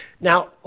Now